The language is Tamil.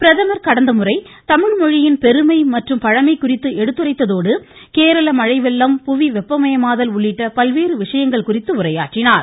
பிரதமர் கடந்த முறை தமிழ் மொழியின் பெருமை மற்றம் பழமை குறித்து எடுத்துரைத்ததோடு கேரள மழை வெள்ளம் புவி வெப்பமயமாதல் உள்ளிட்ட பல்வேறு வியங்கள் குறித்து உரையாற்றினார்